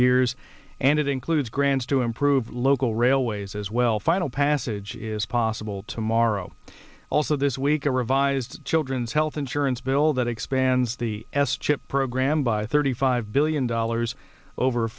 years and it includes grants to improve local railways as well final passage is possible tomorrow also this week a revised children's health insurance bill that expands the s chip program by thirty five billion dollars over